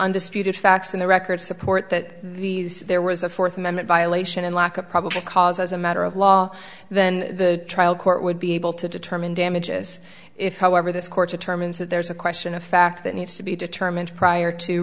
undisputed facts in the record support that there was a fourth amendment violation and lack of probable cause as a matter of law then the trial court would be able to determine damages if however this court determines that there is a question of fact that needs to be determined prior to